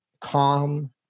calm